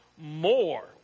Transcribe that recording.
more